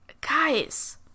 guys